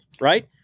right